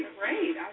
great